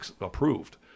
approved